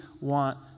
want